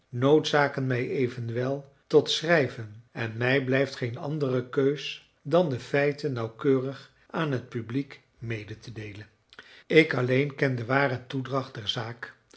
noodzaken mij evenwel tot schrijven en mij blijft geen andere keus dan de feiten nauwkeurig aan het publiek mede te deelen ik alleen ken de ware toedracht der zaak